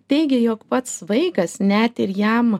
teigė jog pats vaikas net ir jam